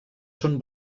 són